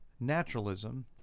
naturalism